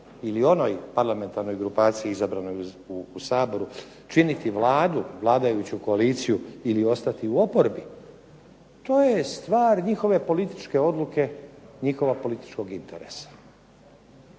ili onoj parlamentarnoj grupaciji izabranoj u Saboru, činiti Vladu, vladajuću koaliciju ili ostati u oporbi to je stvar njihove političke odluke, njihova političkog interesa.